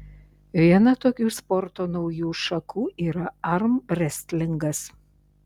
viena tokių sporto naujų šakų yra armrestlingas